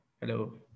Hello